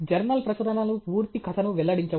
journal ప్రచురణలు పూర్తి కథను వెల్లడించవు